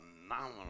phenomenal